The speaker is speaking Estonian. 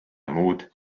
muud